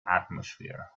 atmosphere